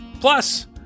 Plus